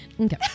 Okay